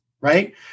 Right